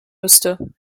müsste